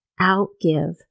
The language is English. outgive